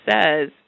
says